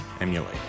emulate